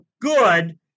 good